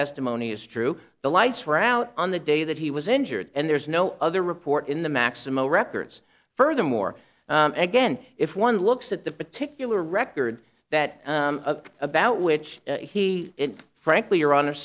testimony is true the lights were out on the day that he was injured and there is no other report in the maximo records furthermore again if one looks at the particular record that about which he frankly your honor